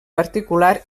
particular